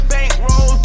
Bankroll